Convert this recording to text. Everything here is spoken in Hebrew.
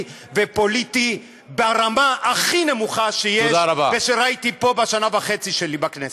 ופוליטי ברמה הכי נמוכה שיש ושראיתי פה בשנה וחצי שלי בכנסת.